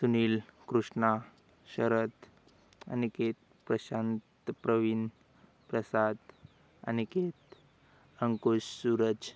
Sunil Krishna Sharad Aniket Prashant Pravin Prasad Aniket Ankush Suraj